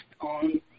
on